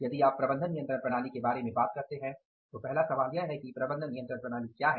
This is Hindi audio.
यदि आप प्रबंधन नियंत्रण प्रणाली के बारे में बात करते हैं तो पहला सवाल यह है कि प्रबंधन नियंत्रण प्रणाली क्या है